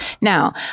Now